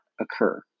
occur